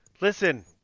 Listen